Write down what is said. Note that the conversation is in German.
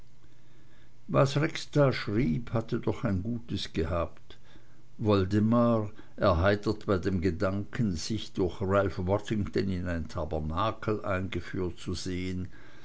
was rex da schrieb hatte doch ein gutes gehabt woldemar erheitert bei dem gedanken sich durch ralph waddington in ein tabernakel eingeführt zu sehn